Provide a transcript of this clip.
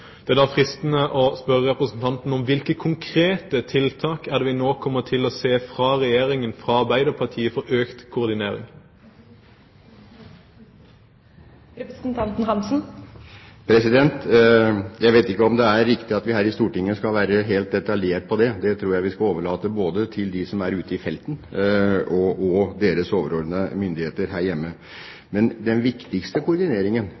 er det fristende å spørre representanten: Hvilke konkrete tiltak for økt koordinering er det vi kommer til å få fra Regjeringen, fra Arbeiderpartiet? Jeg vet ikke om det er riktig at vi her i Stortinget skal være helt detaljerte når det gjelder dette, det tror jeg vi skal overlate til dem som er ute i felten, og deres overordnede myndigheter her hjemme. Men den viktigste koordineringen